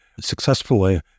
successfully